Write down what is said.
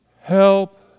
Help